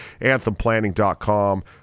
AnthemPlanning.com